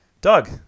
Doug